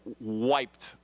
wiped